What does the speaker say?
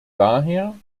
daher